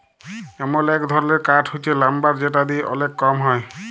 এমল এক ধরলের কাঠ হচ্যে লাম্বার যেটা দিয়ে ওলেক কম হ্যয়